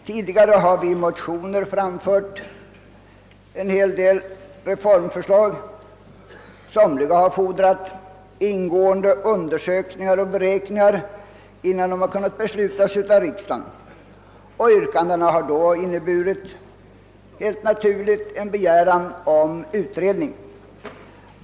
Tidigare har vi i motioner framfört en hel del reformförslag. Somliga har fordrat ingående undersökningar och beräkningar innan de kunnat beslutas av riksdagen, och yrkandena har då helt naturligt inneburit en begäran om utredning.